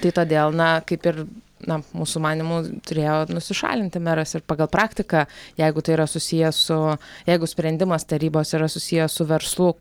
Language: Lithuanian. tai todėl na kaip ir na mūsų manymu turėjo nusišalinti meras ir pagal praktiką jeigu tai yra susiję su jeigu sprendimas tarybos yra susijęs su verslu